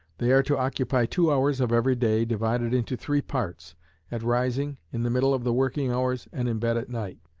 they are to occupy two hours of every day, divided into three parts at rising, in the middle of the working hours, and in bed at night.